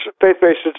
faith-based